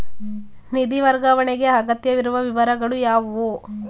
ನಿಧಿ ವರ್ಗಾವಣೆಗೆ ಅಗತ್ಯವಿರುವ ವಿವರಗಳು ಯಾವುವು?